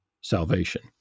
salvation